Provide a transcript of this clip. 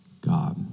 God